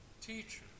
teacher